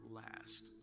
last